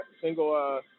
single